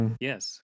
yes